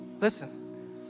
Listen